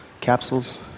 capsules